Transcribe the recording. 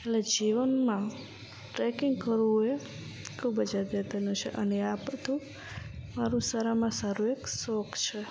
એટલે જીવનમાં ટ્રેકિંગ કરવું એ ખૂબ જ અગત્યનું છે અને આ બધું મારું સારામાં સારું એક શોખ છે